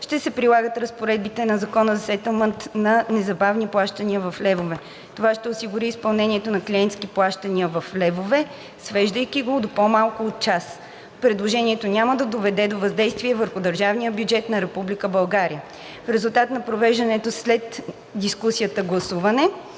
ще се прилагат разпоредбите на Закона за сетълмент на незабавни плащания в левове. Това ще ускори изпълнението на клиентските плащания в левове, свеждайки го до по-малко от час. Предложението няма да доведе до въздействие върху държавния бюджет на Република България. В резултат на проведеното след дискусията гласуване,